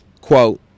Quote